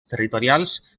territorials